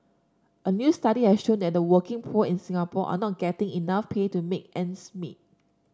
a new study has shown that the working poor in Singapore are not getting enough pay to make ends meet